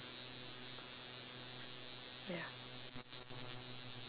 ya